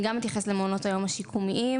אני גם אתייחס למעונות היום השיקומיים.